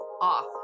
off